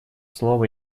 слово